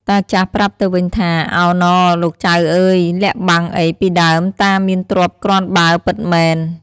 តាចាស់ប្រាប់ទៅវិញថា “ ឱហ្ន៎! លោកចៅអើយ! លាក់បាំងអ៊ីពីដើមតាមានទ្រព្យគ្រាន់បើពិតមែន។